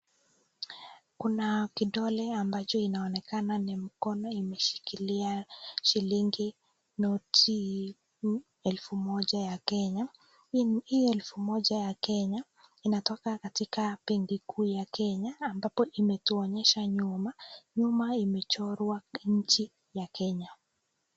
Kuna kidole ambacho inaonekana ni mkono imeshikilia shilingi noti elfu moja ya Kenya. Hii elfu moja ya Kenya inatoka kwa benki kuu ya Kenya ambapo imetuonyesha nyuma, nyuma imechorwa nchi ya Kenya.